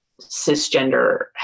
cisgender